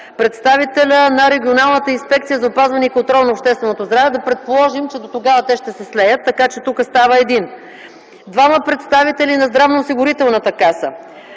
представителят на Регионалната инспекция за опазване и контрол на общественото здраве – да предположим, че до тогава те ще се слеят, така че тук става един; двама представители на Здравноосигурителната каса;